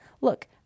Look